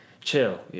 chill